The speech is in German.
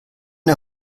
der